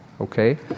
okay